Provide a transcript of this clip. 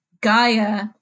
Gaia